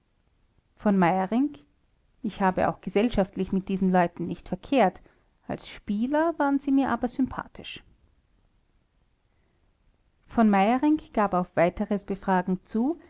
v m ich habe auch gesellschaftlich mit diesen leuten nicht verkehrt als spieler waren sie mir aber sympathisch v meyerinck gab auf weiteres befragen zu